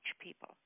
people